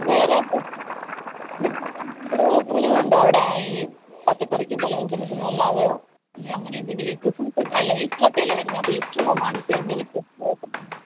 വേറെ എന്തെങ്കിലും വേറെ എന്തെങ്കിലും ഓഫറ്കളുണ്ടോ അവിടെ ഈ പച്ചക്കറിക്കും പലവ്യഞ്ജനത്തിനും അല്ലാതെയോ ഇനി അങ്ങനെ എന്തെങ്കിലും ക്രിസ്മസ് ആല്ല ഈസ്റ്ററെക്കെ അല്ലെ വരുന്നത് അപ്പം ഈസ്റ്ററ് പ്രമാണിച്ച് എന്തേലും സ്പെഷ്യലായിട്ട്